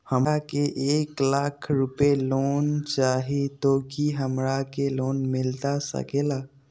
हमरा के एक लाख रुपए लोन चाही तो की हमरा के लोन मिलता सकेला?